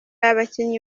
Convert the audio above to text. abakinyi